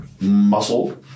muscle